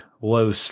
low